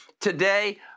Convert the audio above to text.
Today